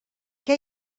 què